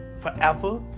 Forever